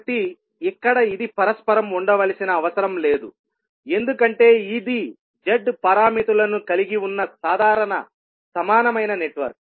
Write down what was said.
కాబట్టి ఇక్కడ ఇది పరస్పరం ఉండవలసిన అవసరం లేదు ఎందుకంటే ఇది Z పారామితులను కలిగి ఉన్న సాధారణ సమానమైన నెట్వర్క్